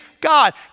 God